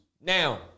Now